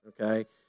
okay